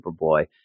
Superboy